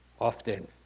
often